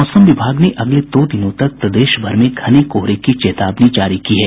मौसम विभाग ने अगले दो दिनों तक प्रदेश भर में घने कोहरे की चेतावनी जारी की है